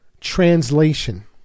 translation